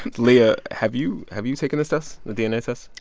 leah, have you have you taken this test the dna test?